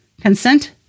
consent